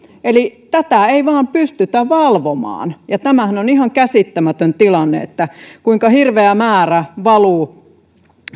eli tätä ei vain pystytä valvomaan ja tämähän on ihan käsittämätön tilanne kuinka hirveä määrä valuu